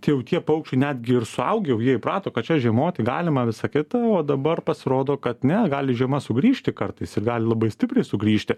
tie jau tie paukščiai netgi ir suaugę jau jie įprato kad čia žiemoti galima visa kita o dabar pasirodo kad ne gali žiema sugrįžti kartais ir gali labai stipriai sugrįžti